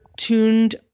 Tuned